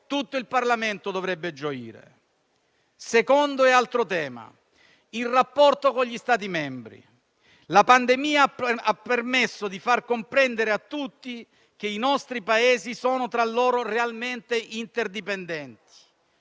tutto il Parlamento dovrebbe gioire. Il secondo tema è il rapporto con gli Stati membri: la pandemia ha permesso di far comprendere a tutti che i nostri Paesi sono tra loro realmente interdipendenti.